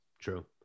True